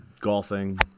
Golfing